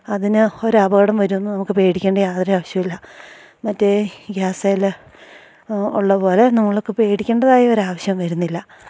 അതിന് ഒരപകടം വരുമോന്ന് നമുക്ക് പേടിക്കേണ്ട യാതൊരു ആവശ്യമില്ല മറ്റേ ഗ്യാസേൽ യൂസ്ള്ള പോലെ നമ്മൾക്ക് പേടിക്കേണ്ടതായൊരു ആവശ്യം വരുന്നില്ല